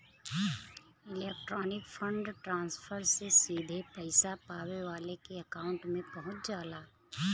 electronic fund transfer से सीधे पइसा पावे वाले के अकांउट में पहुंच जाला